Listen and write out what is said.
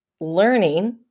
learning